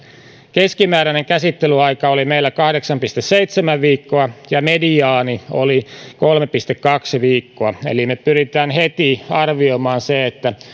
keskimääräinen käsittelyaika oli meillä kahdeksan pilkku seitsemän viikkoa ja mediaani oli kolme pilkku kaksi viikkoa eli me pyrimme heti arvioimaan